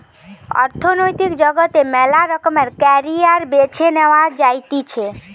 অর্থনৈতিক জগতে মেলা রকমের ক্যারিয়ার বেছে নেওয়া যাতিছে